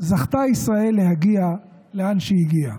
זכתה ישראל להגיע לאין שהגיעה.